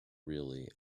really